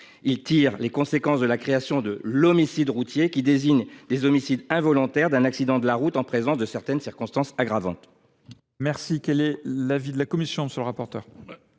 à tirer les conséquences de la création de l’homicide routier, nouvelle qualification des homicides involontaires résultant d’un accident de la route en présence de certaines circonstances aggravantes.